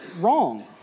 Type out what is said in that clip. wrong